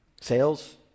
Sales